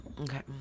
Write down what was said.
Okay